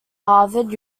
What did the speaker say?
harvard